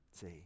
See